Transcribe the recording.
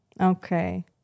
Okay